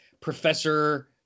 professor